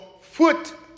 foot